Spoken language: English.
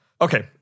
Okay